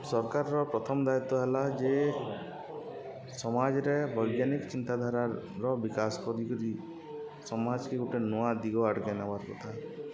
ସର୍କାର୍ର ପ୍ରଥମ ଦାୟିତ୍ୱ ହେଲା ଯେ ସମାଜ୍ରେ ବୈଜ୍ଞାନିକ୍ ଚିନ୍ତାଧାରାର ବିକାଶ୍ କରିକରି ସମାଜ୍କେ ଗୁଟେ ନୂଆ ଦିଗ ଆଡ଼୍କେ ନେବାର୍ କଥା